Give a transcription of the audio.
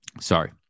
Sorry